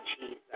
Jesus